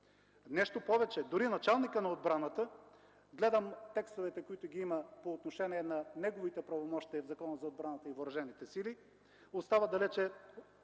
Нещо повече, дори началникът на отбраната, гледам текстовете, които има по отношение на неговите правомощия в Закона за отбраната и въоръжените сили, остават далече,